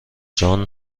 جان